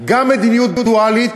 וגם מדינה דואלית.